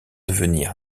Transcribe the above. devenir